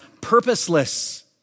purposeless